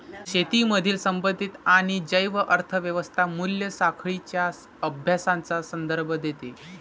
शेतीमधील संबंधित आणि जैव अर्थ व्यवस्था मूल्य साखळींच्या अभ्यासाचा संदर्भ देते